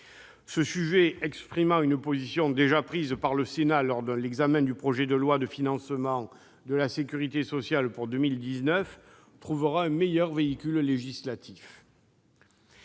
Ce sujet, qui correspond à une position déjà prise par le Sénat lors de l'examen du projet de loi de financement de la sécurité sociale pour 2019, trouvera un meilleur véhicule législatif.